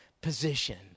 position